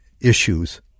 issues